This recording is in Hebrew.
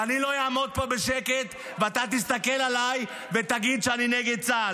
ואני לא אעמוד פה בשקט ואתה תסתכל עליי ותגיד שאני נגד צה"ל,